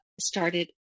started